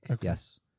Yes